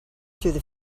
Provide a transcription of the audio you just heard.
through